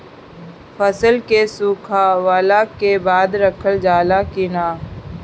फसल के सुखावला के बाद रखल जाला कि न?